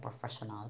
Professional